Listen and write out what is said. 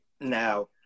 Now